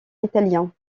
italien